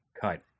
cut